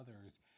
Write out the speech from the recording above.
others